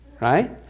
right